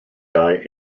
die